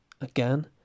Again